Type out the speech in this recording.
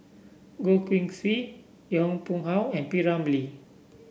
Goh Keng Swee Yong Pung How and P Ramlee